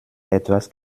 etwas